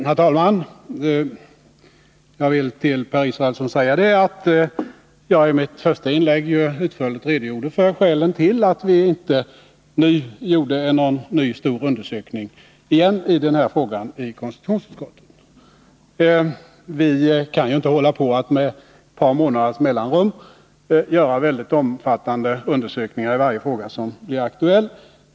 Herr talman! Jag vill påminna Per Israelsson om att jag i mitt första inlägg utförligt redogjorde för skälen till att vi inte nu gjorde någon ny stor undersökning i den här frågan i konstitutionsutskottet. Vi kan inte med ett par månaders mellanrum göra väldigt omfattande undersökningar i varje fråga som blir aktuell.